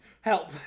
Help